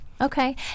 Okay